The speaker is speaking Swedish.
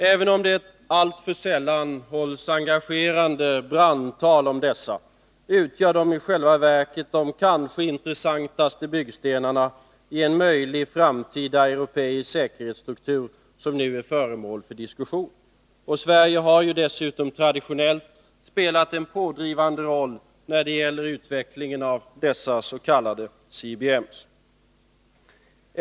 Även om det alltför sällan hålls engagerande brandtal om dessa, utgör de i själva verket de kanske intressantaste av de byggstenar i en möjlig framtida europeisk säkerhetsstruktur som nu är föremål för diskussion. Sverige har dessutom traditionellt spelat en pådrivande roll när det gäller utvecklingen av dessa s.k. CBM's.